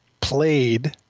played